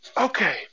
Okay